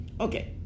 Okay